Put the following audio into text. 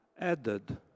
added